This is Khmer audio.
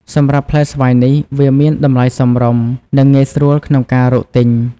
សម្រាប់ផ្លែស្វាយនេះ វាមានតម្លៃសមរម្យ និងងាយស្រួលក្នុងការរកទិញ។